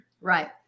right